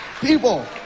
people